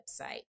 website